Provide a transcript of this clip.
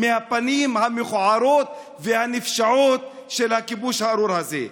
מהפנים המכוערות והנפשעות של הכיבוש הארור הזה.